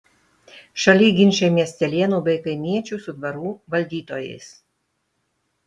šaly ginčai miestelėnų bei kaimiečių su dvarų valdytojais